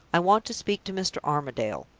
i want to speak to mr. armadale.